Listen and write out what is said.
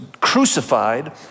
crucified